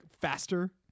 faster